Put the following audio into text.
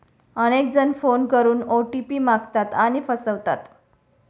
अनेक जण फोन करून ओ.टी.पी मागतात आणि फसवतात